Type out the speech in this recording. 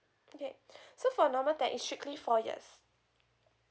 okay so for normal tech it's strictly four years